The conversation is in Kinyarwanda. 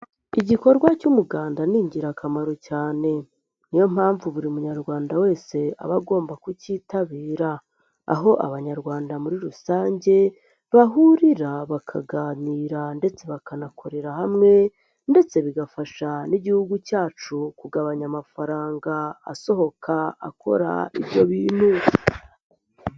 Igikorwa cy'umuganda ni ingirakamaro cyane. Niyo mpamvu buri munyarwanda wese aba agomba kukictabira aho abanyarwanda muri rusange, bahurira bakaganira ndetse bakanakorera hamwe ndetse bigafasha n'igihugu cyacu kugabanya amafaranga asohoka akora ibyo bintu.